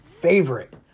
favorite